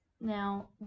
Now